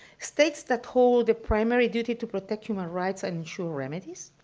states that hold the primary duty to protect human rights and ensure remedies,